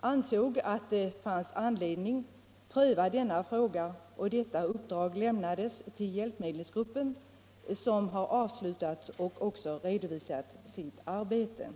ansåg att det fanns anledning att pröva denna fråga, och detta uppdrag lämnades senare till hjälpmedelsgruppen, som har avslutat och också redovisat sitt arbete.